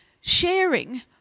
sharing